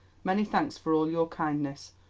many thanks for all your kindness.